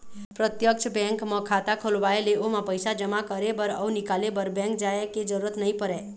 प्रत्यक्छ बेंक म खाता खोलवाए ले ओमा पइसा जमा करे बर अउ निकाले बर बेंक जाय के जरूरत नइ परय